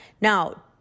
Now